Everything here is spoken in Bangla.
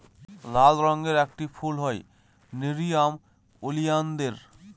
লাল রঙের একটি ফুল হয় নেরিয়াম ওলিয়ানদের